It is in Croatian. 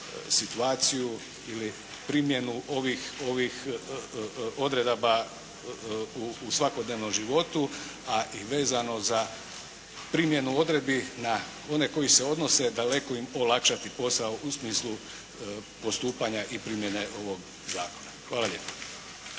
situaciju ili primjenu ovih odredaba u svakodnevnom životu, a i vezano za primjenu odredbi na one koji se odnose, daleko im olakšati posao u smislu postupanja i primjene ovog zakona. Hvala lijepo.